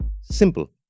Simple